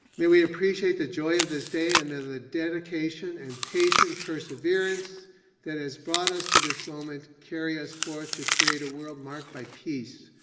may we appreciate the joy of this day and may the dedication and patience perseverance that has brought us to this moment, carry us forth to create a world marked by peace,